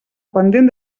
pendent